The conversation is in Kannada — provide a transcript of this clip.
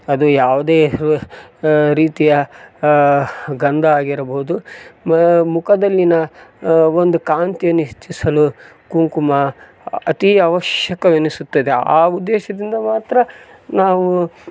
ಅದು ಯಾವುದೇ ರೀತಿಯ ಗಂಧ ಆಗಿರಬಹುದು ಮುಖದಲ್ಲಿನ ಒಂದು ಕಾಂತಿಯನ್ನು ಹೆಚ್ಚಿಸಲು ಕುಂಕುಮ ಅತಿ ಅವಶ್ಯಕವೆನಿಸುತ್ತದೆ ಆ ಉದ್ದೇಶದಿಂದ ಮಾತ್ರ ನಾವು